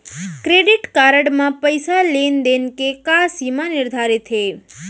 Credit card म पइसा लेन देन के का सीमा निर्धारित हे?